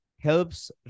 helps